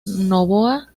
noboa